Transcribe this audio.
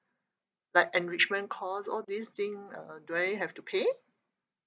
like enrichment course all these thing uh do I have to pay